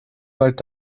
bald